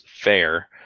fair